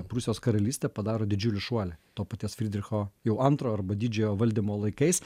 prūsijos karalystė padaro didžiulį šuolį to paties frydricho jau antrojo arba didžiojo valdymo laikais